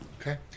Okay